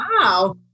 Wow